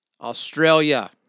Australia